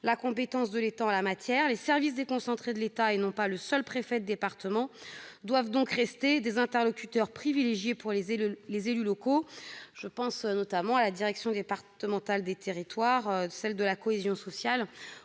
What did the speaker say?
la compétence de l'État en la matière. Les services déconcentrés de l'État, et non pas le seul préfet de département, doivent donc rester des interlocuteurs privilégiés pour les élus locaux. Je pense notamment à la direction départementale des territoires, à la direction